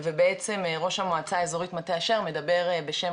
ובעצם ראש המועצה האזורית מטה אשר מדבר בשם